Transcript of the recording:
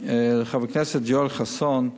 חבר הכנסת יואל חסון,